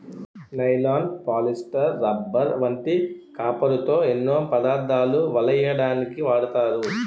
nylon, polyester, rubber వంటి కాపరుతో ఎన్నో పదార్ధాలు వలెయ్యడానికు వాడతారు